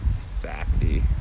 Sappy